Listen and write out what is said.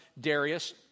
Darius